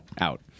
out